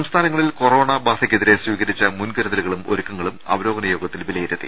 സംസ്ഥാനങ്ങളിൽ കൊറോണ ബാധക്കെതിരെ സ്വീകരിച്ച മുൻകരുതലുകളും ഒരുക്കങ്ങളും അവലോകനയോഗത്തിൽ വില യിരുത്തി